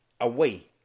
away